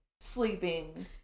sleeping